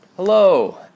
Hello